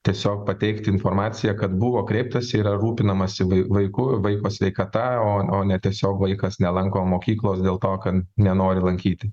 tiesiog pateikti informaciją kad buvo kreiptasi yra rūpinamasi vaiku vaiko sveikata o o ne tiesiog vaikas nelanko mokyklos dėl to kad nenori lankyti